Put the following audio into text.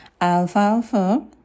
Alfalfa